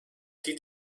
die